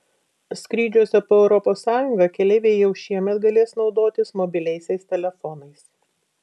skrydžiuose po europos sąjungą keleiviai jau šiemet galės naudotis mobiliaisiais telefonais